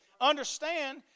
Understand